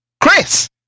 Chris